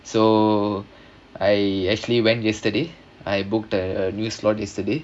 so I actually went yesterday I booked a new slot yesterday